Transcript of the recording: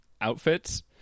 outfits